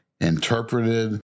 interpreted